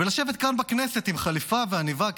ולשבת כאן בכנסת עם חליפה ועניבה,